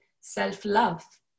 self-love